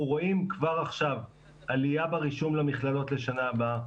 רואים כבר עכשיו עלייה ברישום למכללות בשנה הבאה.